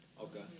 Okay